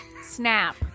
snap